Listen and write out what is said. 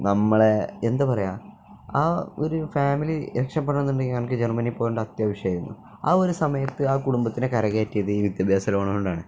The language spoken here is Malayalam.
നമ്മളെ എന്താണു പറയുക ആ ഒരു ഫാമിലി രക്ഷപ്പെടണമെന്നുണ്ടെങ്കില് അവനു ജർമ്മനിയില് പോകേണ്ട അത്യാവശ്യാമായിരുന്നു ആ ഒരു സമയത്ത് ആ കുടുംബത്തിനെ കരകയറ്റിയത് ഈ വിദ്യാഭ്യാസ ലോണ് കൊണ്ടാണ്